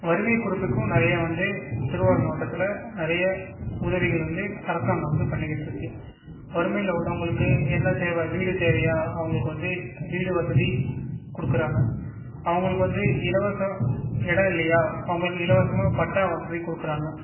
வறுமை குறிப்பிக்கும் நிறையா வந்து திருவாரூர் மாவட்டத்தில் நிறைய உதவிகள் வந்து அரசாங்கம் வந்து பண்ணிக்கிட்டு இருக்குது வறுமையில் உள்ளவங்களுக்கு என்ன தேவை வீடு தேவையா அவங்களுக்கு வந்து வீடு வசதி கொடுக்குறாங்க அவங்களுக்கு வந்து இலவச இடம் இல்லையா அவங்களுக்கு இலவசமாக பட்டா வசதி கொடுக்குறாங்க